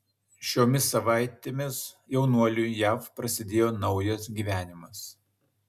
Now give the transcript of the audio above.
šiomis savaitėmis jaunuoliui jav prasidėjo naujas gyvenimas